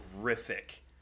Horrific